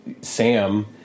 Sam